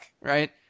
right